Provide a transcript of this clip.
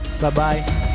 bye-bye